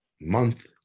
month